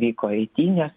vyko eitynės